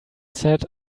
said